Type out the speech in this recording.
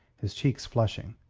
his cheeks flushing.